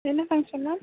என்ன function ma'am